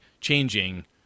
changing